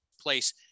place